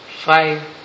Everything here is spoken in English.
five